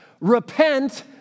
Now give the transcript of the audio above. Repent